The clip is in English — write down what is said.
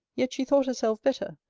yet she thought herself better,